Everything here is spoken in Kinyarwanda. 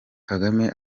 kagame